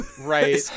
Right